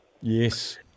Yes